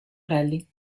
rally